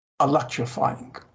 electrifying